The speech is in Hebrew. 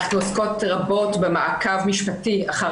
אנחנו עוסקות רבות במעקב משפטי אחר